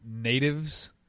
natives